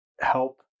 help